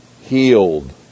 healed